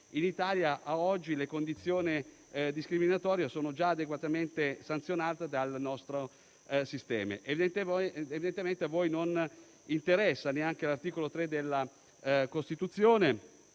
in Italia le discriminazioni sono già adeguatamente sanzionate dal nostro sistema. Evidentemente a voi non interessa neanche l'articolo 3 della Costituzione.